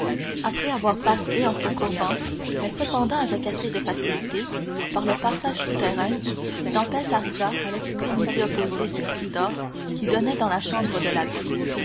après avoir passé en se courbant mais cependant avec assez de facilité par le passage souterrain dantès arriva à l'extrémité opposée du corridor qui donnait dans la chambre de l'abbé